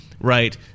right